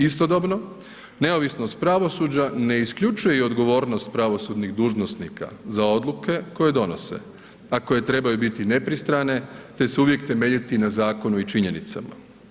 Istodobno, neovisnost pravosuđa ne isključuje i odgovornost pravosudnih dužnosnika za odluke koje donose, a koje trebaju biti nepristrane, te se uvijek temeljiti na zakonu i činjenicama.